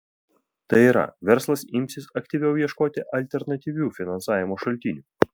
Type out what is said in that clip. tai yra verslas imsis aktyviau ieškoti alternatyvių finansavimo šaltinių